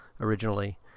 originally